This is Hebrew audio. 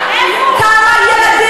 איפה השר יריב לוין?